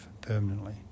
permanently